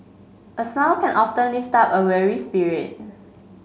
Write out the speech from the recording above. a smile can often lift up a weary spirit